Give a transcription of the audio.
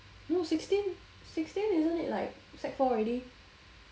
no sixteen sixteen isn't it like sec four already